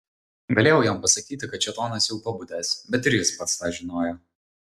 galėjau jam pasakyti kad šėtonas jau pabudęs bet ir jis pats tą žinojo